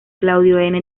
claudio